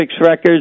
Records